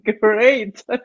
great